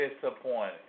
disappointed